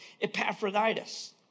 Epaphroditus